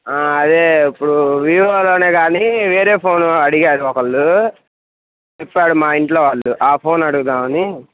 అదే ఇప్పుడు వివోలోనే కానీ వేరే ఫోన్ అడిగారు ఒకళ్ళు చెప్పారు మా ఇంట్లో వాళ్ళు ఆ ఫోన్ అడుగుదామని